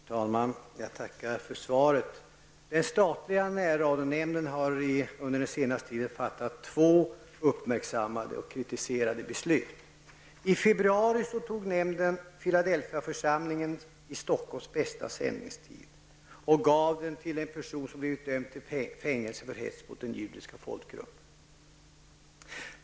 Herr talman! Jag tackar för svaret. Den statliga närradionämnden har på senare tid fattat två uppmärksammade och kritiserade beslut. Stockholm bästa sändningstid och gav den till en person som har blivit dömd till fängelse för hets mot den judiska folkgruppen.